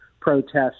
protests